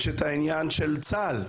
יש את העניין של צה"ל,